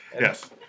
Yes